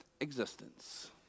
existence